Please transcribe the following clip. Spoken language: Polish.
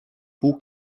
pół